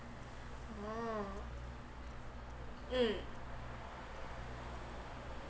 oh mm